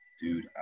dude